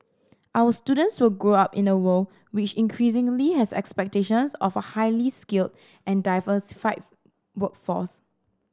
our students will grow up in a world which increasingly has expectations of a highly skilled and diversified workforce